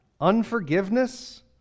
unforgiveness